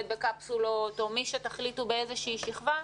בקפסולות או מי שתחליטו באיזושהי שכבה,